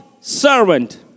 servant